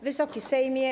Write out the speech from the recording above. Wysoki Sejmie!